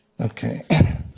Okay